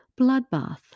Bloodbath